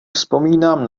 vzpomínám